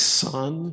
son